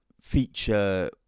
feature